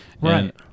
Right